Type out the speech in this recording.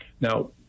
Now